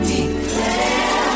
Declare